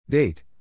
Date